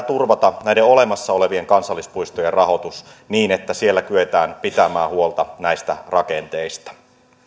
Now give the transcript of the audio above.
turvata näiden olemassa olevien kansallispuistojen rahoitus niin että siellä kyetään pitämään huolta näistä rakenteista